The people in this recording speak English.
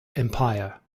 empire